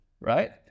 Right